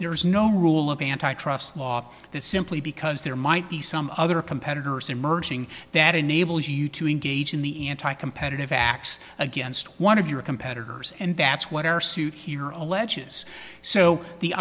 there is no rule of antitrust law that simply because there might be some other competitors emerging that enables you to engage in the anti competitive acts against one of your competitors and that's what our suit here alleges so the